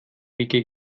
wiege